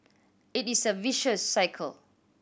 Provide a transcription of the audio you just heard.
it is a vicious cycle